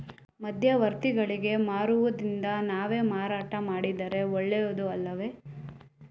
ಮಧ್ಯವರ್ತಿಗಳಿಗೆ ಮಾರುವುದಿಂದ ನಾವೇ ಮಾರಾಟ ಮಾಡಿದರೆ ಒಳ್ಳೆಯದು ಅಲ್ಲವೇ?